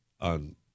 on